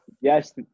Yes